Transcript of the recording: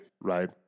right